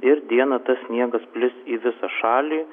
ir dieną tas sniegas plis į visą šalį